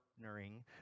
partnering